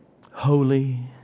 Holy